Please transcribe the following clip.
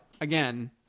again